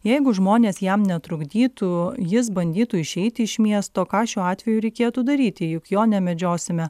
jeigu žmonės jam netrukdytų jis bandytų išeiti iš miesto ką šiuo atveju reikėtų daryti juk jo nemedžiosime